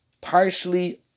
partially